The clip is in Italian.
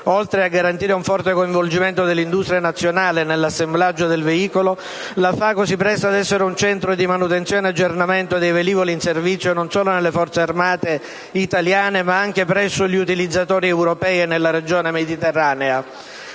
Oltre a garantire un forte coinvolgimento dell'industria nazionale nell'assemblaggio del velivolo, la FACO si presta ad essere un centro di manutenzione ed aggiornamento dei velivoli in servizio non solo nelle Forze armate italiane, ma anche presso gli utilizzatori europei e nella regione mediterranea.